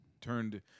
turned